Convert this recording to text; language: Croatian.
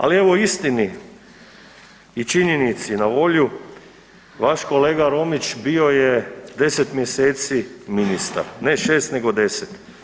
Ali evo istini i činjenici na volju vaš kolega Romić bio je 10 mjeseci ministar, ne 6 nego 10.